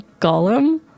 golem